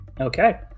okay